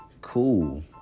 cool